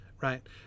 right